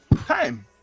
time